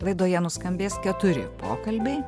laidoje nuskambės keturi pokalbiai